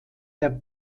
der